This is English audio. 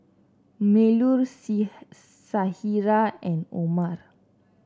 Melur Syirah and Omar